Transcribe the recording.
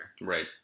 right